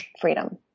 freedom